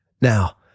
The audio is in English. Now